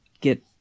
get